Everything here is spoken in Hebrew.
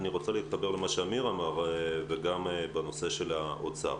אמר וגם בנושא של האוצר.